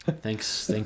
Thanks